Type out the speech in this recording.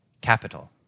capital